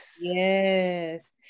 Yes